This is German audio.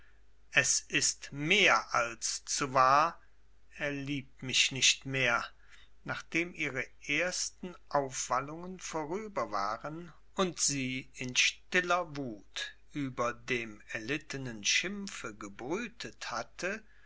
es ist mehr als zu wahr er liebt mich nicht mehr nachdem ihre ersten aufwallungen vorüber waren und sie in stiller wut über dem erlittenen schimpfe gebrütet hatte